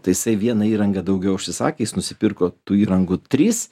tai jisai viena įranga daugiau užsisakė jis nusipirko tų įrangų tris